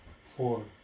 Four